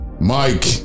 mike